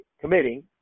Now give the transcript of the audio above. committing